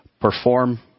perform